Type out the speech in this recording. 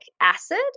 acid